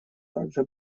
также